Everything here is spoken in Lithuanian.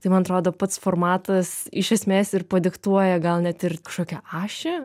tai man atrodo pats formatas iš esmės ir padiktuoja gal net ir kažkokią ašį